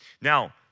Now